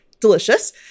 delicious